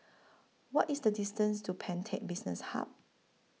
What IS The distance to Pantech Business Hub